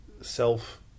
self